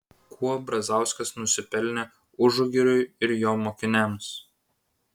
kuo brazauskas nusipelnė užugiriui ir jo mokiniams